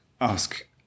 ask